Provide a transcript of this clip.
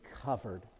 covered